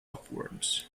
upwards